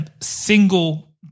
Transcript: single